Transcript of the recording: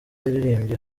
yaririmbye